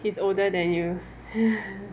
he's older than you